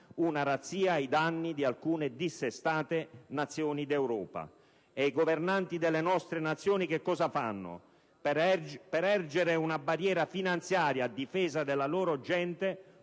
una razzia ai danni di alcune dissestate Nazioni d'Europa. E i governanti delle nostre Nazioni cosa fanno? Per ergere una barriera finanziaria a difesa della loro gente